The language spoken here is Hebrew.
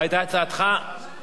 מה עם ההצעה שלי?